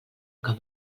que